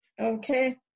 Okay